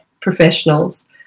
professionals